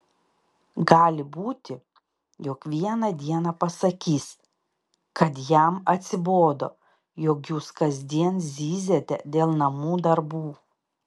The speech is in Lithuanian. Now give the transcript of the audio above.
gali būti jog vieną dieną pasakys kad jam atsibodo jog jūs kasdien zyziate dėl namų darbų